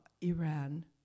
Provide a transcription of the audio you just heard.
Iran